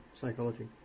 psychology